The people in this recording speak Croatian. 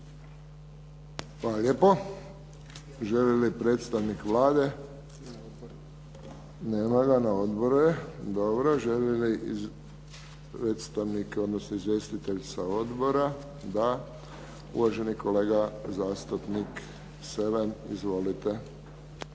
Hvala lijepo. Želi li predstavnik Vlade? Nema ga, na odboru je. Dobro. Želi li predstavnik, odnosno izvjestitelj sa odbora? Da. Uvaženi kolega zastupnik Selem.